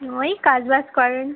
ওই কাজ বাজ করেন